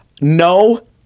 No